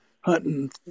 hunting